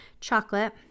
chocolate